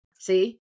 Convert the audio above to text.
See